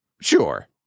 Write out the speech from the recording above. Sure